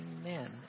Amen